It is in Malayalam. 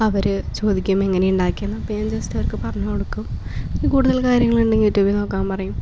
അവർ ചോദിക്കും എങ്ങനെ ഉണ്ടാക്കിയെന്ന് അപ്പം ഞാൻ ജസ്റ്റവർക്ക് പറഞ്ഞ് കൊടുക്കും ഇനി കൂടുതൽ കാര്യങ്ങളുണ്ടെങ്കിൽ യുട്യൂബിൽ നോക്കാൻ പറയും